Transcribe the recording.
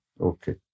Okay